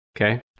okay